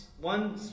one